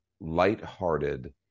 lighthearted